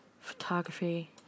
photography